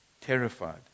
Terrified